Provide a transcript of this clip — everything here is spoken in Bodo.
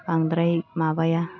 बांद्राय माबाया